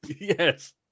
Yes